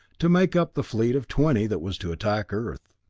to make up the fleet of twenty that was to attack earth.